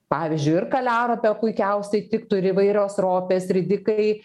pavyzdžiui ir kaliaropę puikiausiai tiktų ir įvairios ropės ridikai